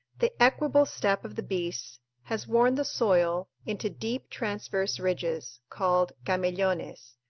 the equable step of the beasts has worn the soil into deep transverse ridges, called camellones,